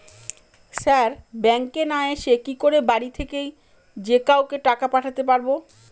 Sir ব্যাঙ্কে না এসে কি করে বাড়ি থেকেই যে কাউকে টাকা পাঠাতে পারবো?